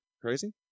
crazy